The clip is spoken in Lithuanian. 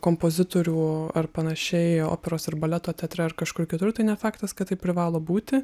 kompozitorių ar panašiai operos ir baleto teatre ar kažkur kitur tai ne faktas kad tai privalo būti